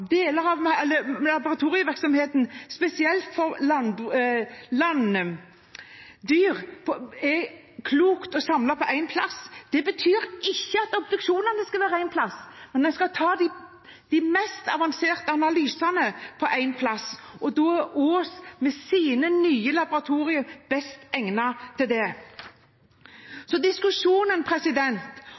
deler av laboratorievirksomheten, spesielt for landdyr, er det klokt å samle på én plass. Det betyr ikke at obduksjonene skal være ett sted, men man skal ta de mest avanserte analysene på én plass, og da er Ås, med sine nye laboratorier, best egnet til det. Diskusjonen